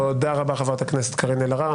תודה רבה, חברת הכנסת קארין אלהרר.